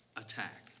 attack